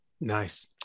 Nice